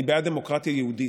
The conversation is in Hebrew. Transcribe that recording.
"אני בעד דמוקרטיה יהודית.